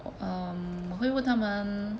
oh um 我会问他们